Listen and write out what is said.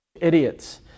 idiots